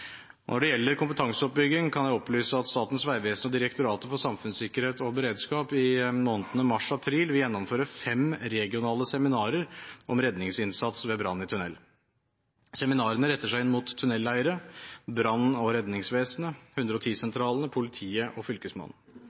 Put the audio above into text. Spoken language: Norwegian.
Når det gjelder kompetanseoppbygging, kan jeg opplyse at Statens vegvesen og Direktoratet for samfunnssikkerhet og beredskap i månedene mars og april vil gjennomføre fem regionale seminarer om redningsinnsats ved brann i tunnel. Seminarene retter seg inn mot tunneleiere, brann- og redningsvesenet, 110-sentralene, politiet og Fylkesmannen.